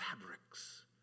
fabrics